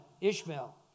Ishmael